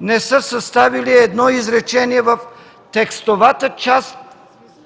не са съставили едно изречение в текстовата част